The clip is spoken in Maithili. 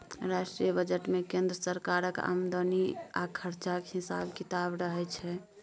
केंद्रीय बजट मे केंद्र सरकारक आमदनी आ खरचाक हिसाब किताब रहय छै